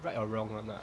right or wrong one ah